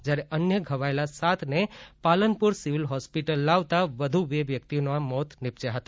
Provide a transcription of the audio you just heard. જ્યારે અન્ય ઘવાયેલા સાતને પાલનપુર સીવીલ હોસ્પિટલ ભાવતા વધુ બે વ્યક્તિના મોત નીપજ્યા હતા